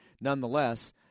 nonetheless